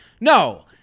no